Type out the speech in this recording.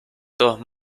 todos